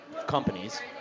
companies